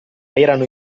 erano